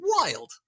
wild